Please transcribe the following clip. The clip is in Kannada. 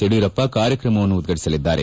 ಯಡಿಯೂರಪ್ಪ ಕಾರ್ಯಕ್ರಮ ಉದ್ಘಾಟಿಸಲಿದ್ದಾರೆ